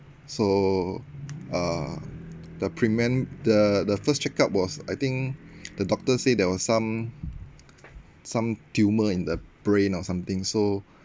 so uh the preman~ the the first check-up was I think the doctor say there was some some tumour in the brain or something so